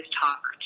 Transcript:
talk